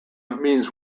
means